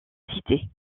cités